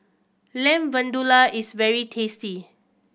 Lamb Vindaloo is very tasty